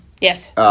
Yes